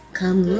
come